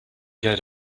get